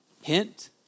hint